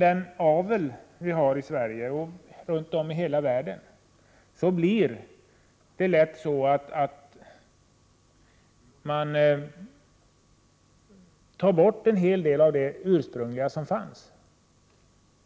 Den avel som vi har i Sverige och även runt om i världen innebär ofta att en hel del av det ursprungliga tas bort.